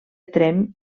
tremp